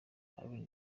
ally